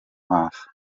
maso